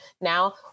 Now